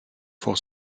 for